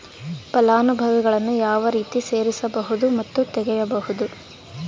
ಫಲಾನುಭವಿಗಳನ್ನು ಯಾವ ರೇತಿ ಸೇರಿಸಬಹುದು ಮತ್ತು ತೆಗೆಯಬಹುದು?